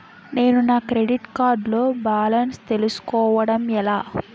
నేను నా credit card లో బాలన్స్ తెలుసుకోవడం ఎలా?